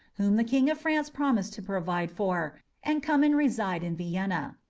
whom the king of france promised to provide for, and come and reside in vienna.